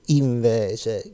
invece